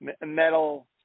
metal